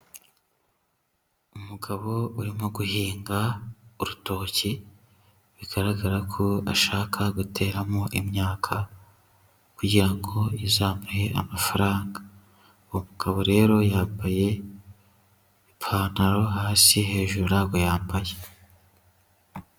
Umugabo urimo guhinga urutoki, bigaragara ko ashaka guteramo imyaka kugira ngo izamuhe amafaranga. Uwo mugabo rero yambaye ipantaro hasi, hejuru ntabwo yambaye.